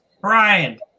Brian